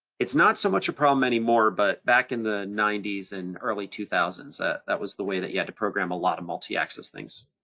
it's not so much a problem anymore, but back in the ninety s and early two thousand s that was the way that you had to program a lot of multiaxis things.